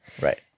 Right